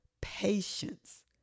patience